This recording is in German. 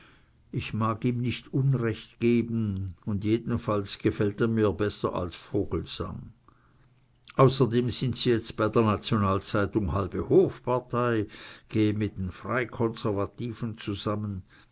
ich mag ihm nicht unrecht geben und jedenfalls gefällt er mir besser als vogelsang außerdem sind sie jetzt bei der nationalzeitung halbe hofpartei gehen mit den freikonservativen zusammen